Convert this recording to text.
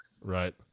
Right